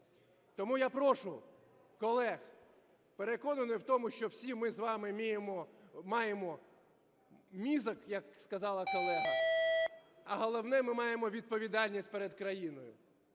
Тому я прошу колег, переконаний в тому, що всі ми з вами маємо мозок, як сказала колега, а головне – ми маємо відповідальність перед країною,